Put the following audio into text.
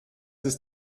ist